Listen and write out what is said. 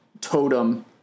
totem